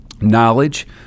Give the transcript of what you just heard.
knowledge